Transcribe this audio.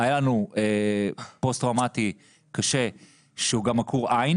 היה לנו פוסט טראומתי קשה שהוא גם עקור עין